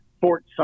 Fort